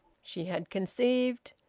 she had conceived.